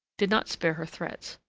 did not spare her threats.